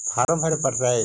Farm भरे परतय?